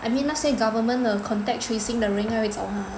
I mean 那些 government 的 contact tracing 的人应该会找他